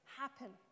happen